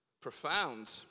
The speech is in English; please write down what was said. Profound